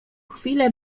chwilę